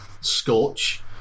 Scorch